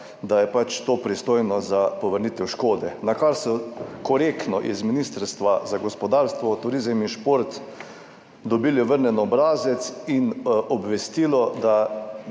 da je to pristojno za povrnitev škode. Nakar so korektno z Ministrstva za gospodarstvo, turizem in šport dobili vrnjen obrazec in obvestilo, da